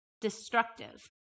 destructive